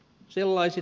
kuunnelkaa